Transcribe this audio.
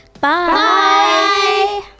Bye